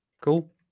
Cool